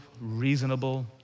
reasonable